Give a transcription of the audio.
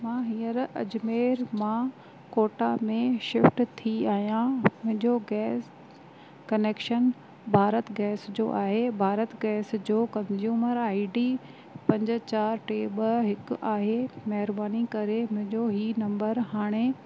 मां हींअर अजमेर मां कोटा में शिफ़्ट थी आहियां मुंहिंजो गैस कनेक्शन भारत गैस जो आहे भारत गैस जो कंज़्यूमर आइ डी पंज चार टे ॿ हिकु आहे महिरबानी करे मुंहिंजो ही नम्बर हाणे